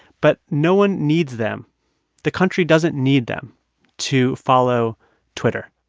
but no one needs them the country doesn't need them to follow twitter.